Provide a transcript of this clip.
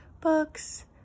books